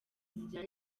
zijyanye